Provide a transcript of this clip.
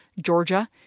Georgia